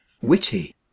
witty